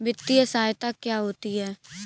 वित्तीय सहायता क्या होती है?